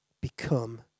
become